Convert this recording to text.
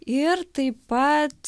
ir taip pat